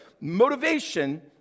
motivation